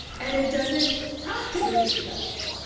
and it doesn't talk to the systems.